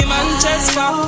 Manchester